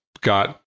got